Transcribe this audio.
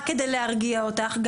רק כדי להרגיע אותך,